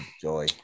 joy